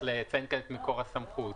צריך לציין כאן את מקור הסמכות.